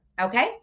Okay